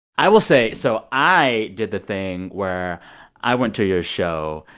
i will say so i did the thing where i went to your show.